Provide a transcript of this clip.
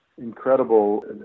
incredible